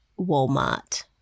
Walmart